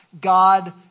God